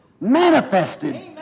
manifested